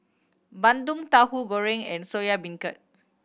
bandung Tauhu Goreng and Soya Beancurd